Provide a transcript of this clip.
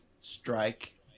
strike